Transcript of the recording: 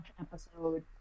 episode